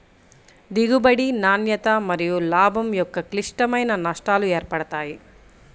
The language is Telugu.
దిగుబడి, నాణ్యత మరియులాభం యొక్క క్లిష్టమైన నష్టాలు ఏర్పడతాయి